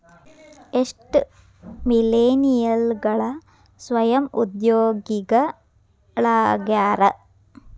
ಎಷ್ಟ ಮಿಲೇನಿಯಲ್ಗಳ ಸ್ವಯಂ ಉದ್ಯೋಗಿಗಳಾಗ್ಯಾರ